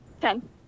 Ten